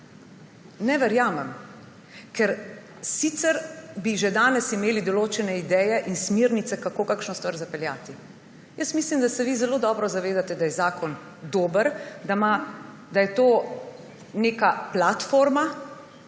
ne verjamem, ker sicer bi že danes imeli določene ideje in smernice, kako kakšno stvar zapeljati. Jaz mislim, da se vi zelo dobro zavedate, da je zakon dober, da je to neka platforma,